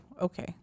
okay